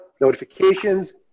notifications